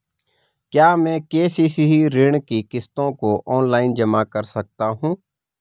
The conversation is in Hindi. क्या मैं के.सी.सी ऋण की किश्तों को ऑनलाइन जमा कर सकता हूँ?